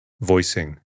Voicing